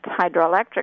hydroelectric